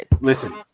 listen